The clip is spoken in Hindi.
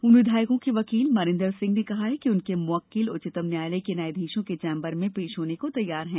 उन विधायकों के वकील मनिंदर सिंह ने कहा कि उनके मुवक्किल उच्चतम न्यायालय के न्यायाधीशों के चैंबर में पेश होने को तैयार हैं